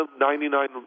99